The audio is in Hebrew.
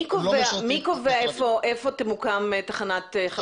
מי קובע איפה תמוקם תחנת חלוקה?